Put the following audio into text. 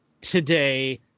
today